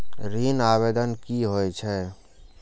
ऋण आवेदन की होय छै?